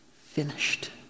finished